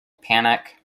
panic